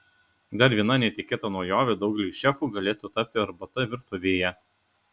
dar viena netikėta naujove daugeliui šefų galėtų tapti arbata virtuvėje